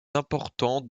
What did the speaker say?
important